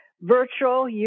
virtual